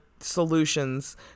solutions